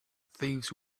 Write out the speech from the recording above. thieves